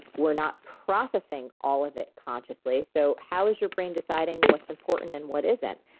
we're not processing all of it consciously, so how is your brain deciding what's important and what isn't.